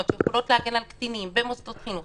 שיכולות להגן על קטינים ומוסדות חינוך,